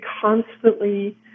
constantly